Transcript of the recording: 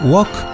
Walk